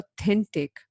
authentic